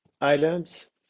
items